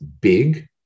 big